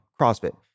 CrossFit